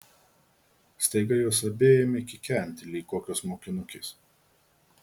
staiga jos abi ėmė kikenti lyg kokios mokinukės